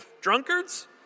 drunkards